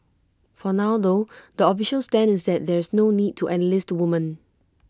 for now though the official stand is that there's no need to enlist women